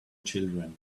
children